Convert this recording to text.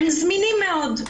הם זמינים מאוד.